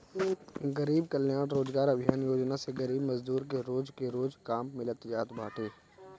गरीब कल्याण रोजगार अभियान योजना से गरीब मजदूर के रोज के रोज काम मिल जात बाटे